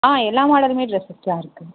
ஆ எல்லா மாடலும் டிரெஸ்சஸ்ஸெலாம் இருக்குது